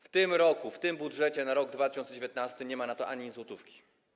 W tym roku... w tym budżecie na rok 2019 nie ma na to ani złotówki.